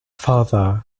father